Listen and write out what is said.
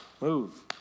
Move